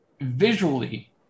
visually